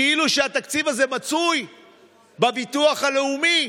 כאילו שהתקציב הזה מצוי בביטוח הלאומי.